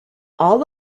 all